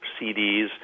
CDs